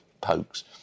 pokes